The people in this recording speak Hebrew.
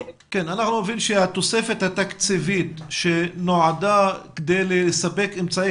אני מבין שהתוספת התקציבית שנועדה כדי לספק אמצעי